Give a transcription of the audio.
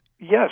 Yes